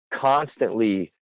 constantly